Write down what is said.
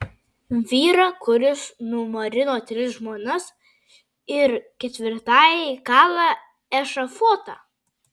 vyrą kuris numarino tris žmonas ir ketvirtajai kala ešafotą